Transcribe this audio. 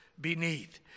beneath